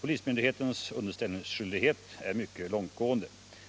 Polismyndighetens underställningsskyldighet är mycket långtgående.